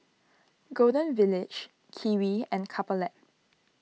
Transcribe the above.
Golden Village Kiwi and Couple Lab